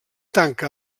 tanca